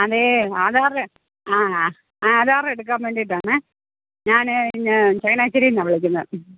അതെ ആധാറ് ആ ആധാറ് എടുക്കാൻ വേണ്ടിയിട്ടാണേ ഞാനേ പിന്നെ ചെങ്ങനാശ്ശേരിയിൽ നിന്നാണ് വിളിക്കുന്നത്